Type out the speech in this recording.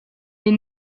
est